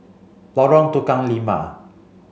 Lorong Tukang Lima